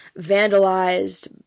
vandalized